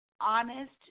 honest